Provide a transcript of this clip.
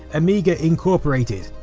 amiga incorporated.